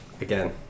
again